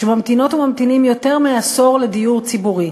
שממתינות וממתינים יותר מעשור לדיור ציבורי,